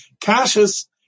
Cassius